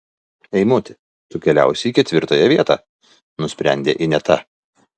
eimuti tu keliausi į ketvirtąją vietą nusprendė ineta